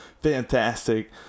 fantastic